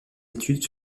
études